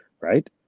right